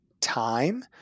time